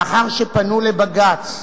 לאחר שפנו לבג"ץ